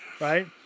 right